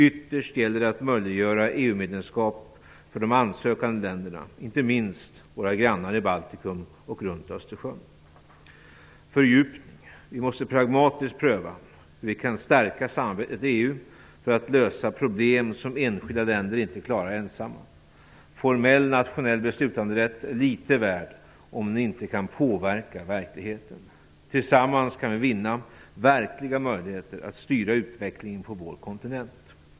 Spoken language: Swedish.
Ytterst gäller det att möjliggöra EU-medlemskap för de ansökande länderna, inte minst våra grannar i Baltikum och runt Fördjupningen: Vi måste pragmatiskt pröva hur vi kan stärka samarbetet i EU för att lösa problem som enskilda länder inte klarar ensamma. Formell nationell beslutanderätt är litet värd om den inte kan påverka verkligheten. Tillsammans kan vi vinna verkliga möjligheter att styra utvecklingen på vår kontinent.